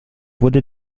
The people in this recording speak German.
wurde